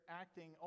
acting